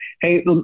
hey